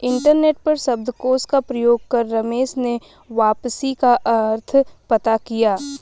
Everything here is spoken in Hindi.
इंटरनेट पर शब्दकोश का प्रयोग कर रमेश ने वापसी का अर्थ पता किया